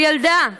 של ילדה,